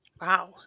Wow